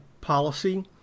policy